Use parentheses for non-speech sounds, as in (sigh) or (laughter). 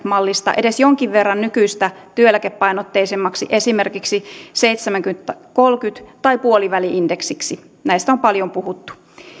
(unintelligible) mallista edes jonkin verran nykyistä työeläkepainotteisemmaksi esimerkiksi seitsemänkymmentä viiva kolmekymmentä tai puoliväli indeksiksi näistä on paljon puhuttu